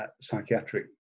psychiatric